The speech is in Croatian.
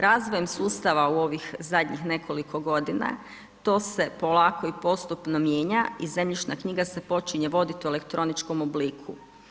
Razvojem sustava u ovih zadnjih nekoliko godina, to se polako i postupno mijenja i zemljišna knjiga se počinje voditi u elektroničkom obliku.